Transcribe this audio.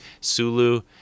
Sulu